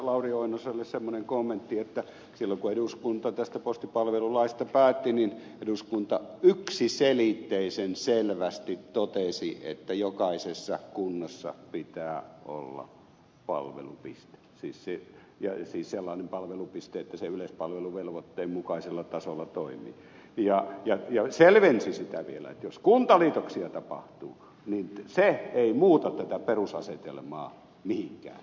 lauri oinoselle semmoinen kommentti että silloin kun eduskunta tästä postipalvelulaista päätti eduskunta yksiselitteisen selvästi totesi että jokaisessa kunnassa pitää olla palvelupiste siis sellainen palvelupiste että se yleispalveluvelvoitteen mukaisella tasolla toimii ja selvensi sitä vielä että jos kuntaliitoksia tapahtuu niin se ei muuta tätä perusasetelmaa mihinkään